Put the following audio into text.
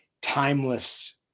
timeless